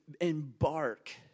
embark